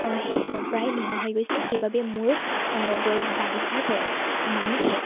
প্ৰায় নোহোৱা হৈ গৈছে সেইবাবে মোৰ বাগিচাৰ পৰাই মানুহে